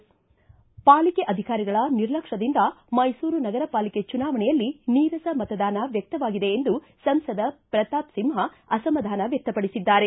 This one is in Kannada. ಪಾಲಿಕೆ ಅಧಿಕಾರಿಗಳ ನಿರ್ಲಕ್ಷ ್ಯದಿಂದ ಮೈಸೂರು ನಗರ ಪಾಲಿಕೆ ಚುನಾವಣೆಯಲ್ಲಿ ನೀರಸ ಮತದಾನ ವ್ಯಕ್ತವಾಗಿದೆ ಎಂದು ಸಂಸದ ಪ್ರತಾಪ್ ಸಿಂಪ ಅಸಮಾಧಾನ ವ್ಯಕ್ತಪಡಿಸಿದ್ದಾರೆ